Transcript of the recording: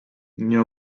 nie